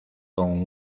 con